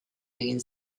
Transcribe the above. egin